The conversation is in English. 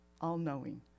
all-knowing